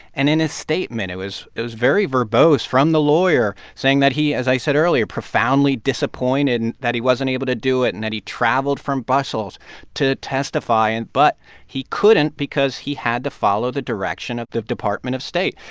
and in his statement it was it was very verbose from the lawyer, saying that he, as i said earlier, profoundly disappointed and that he wasn't able to do it and that he traveled from brussels to testify and but he couldn't because he had to follow the direction of the department of state.